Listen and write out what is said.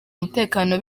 umutekano